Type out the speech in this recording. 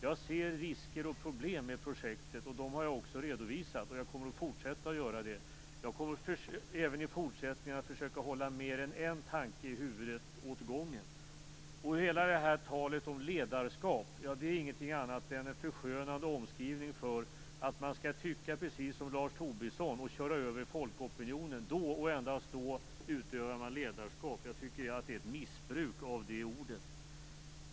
Jag ser risker och problem med projektet, och de har jag redovisat. Jag kommer att fortsätta att göra det. Jag kommer även i fortsättningen att försöka hålla mer än en tanke i huvudet åt gången. Hela talet om ledarskap är ingenting annat än en förskönande omskrivning för att man skall tycka precis som Lars Tobisson och köra över folkopinionen. Då och endast då utövar man ledarskap. Det är ett missbruk av det ordet.